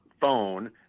phone